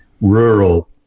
rural